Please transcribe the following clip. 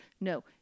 No